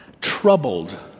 troubled